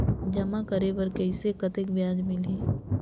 जमा करे बर कइसे कतेक ब्याज मिलही?